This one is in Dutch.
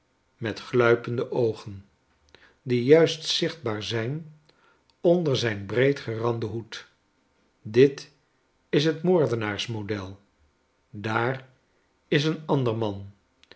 men gluipende oogen die juist zichtbaar zijn onder zijn breed geranden hoed dit is het moordenaarsmodel daar is een ander man